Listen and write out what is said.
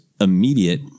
immediate